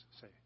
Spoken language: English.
say